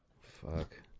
Fuck